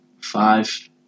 five